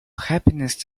happiness